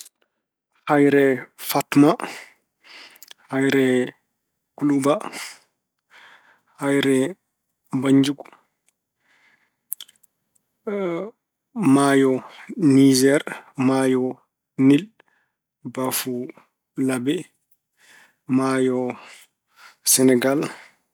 Haayre fatma, hayre kuluba, hayre bannjugu, maayo Niiser, maayo Nil, baafulabe, maayo Senegal.